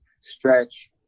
stretch